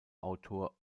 autor